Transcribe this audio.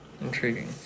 Intriguing